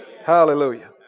Hallelujah